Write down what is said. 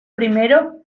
primero